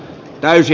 sisällöstä